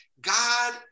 God